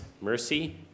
mercy